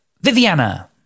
Viviana